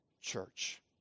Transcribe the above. church